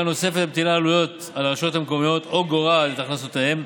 נוספת המטילה עלויות על הרשויות המקומיות או גורעת את הכנסותיהן.